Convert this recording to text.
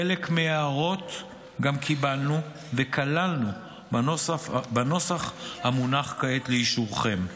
חלק מההערות גם קיבלנו וכללנו בנוסח המונח כעת לאישורכם.